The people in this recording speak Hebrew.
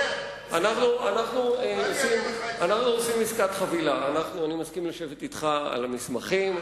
אנחנו עושים עסקת חבילה: אני מסכים לשבת אתך על המסמכים,